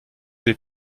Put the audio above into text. des